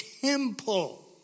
temple